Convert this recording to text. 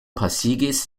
pasigis